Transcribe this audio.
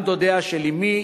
גם דודיהם של אמי